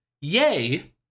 yay